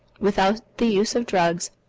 without the use of drugs,